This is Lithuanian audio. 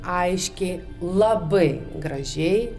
aiškiai labai gražiai